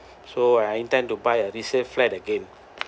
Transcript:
so I intend to buy a resale flat again